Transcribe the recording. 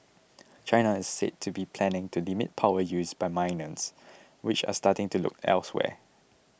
China is said to be planning to limit power use by miners which are starting to look elsewhere